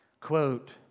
Quote